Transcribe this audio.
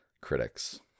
critics